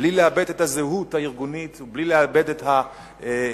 בלי לאבד את הזהות הארגונית ובלי לאבד את האידיאל